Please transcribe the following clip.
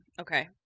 Okay